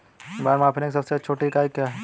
भार मापने की सबसे छोटी इकाई क्या है?